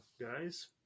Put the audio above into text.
guys